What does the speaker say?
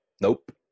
nope